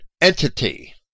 entity